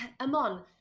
Amon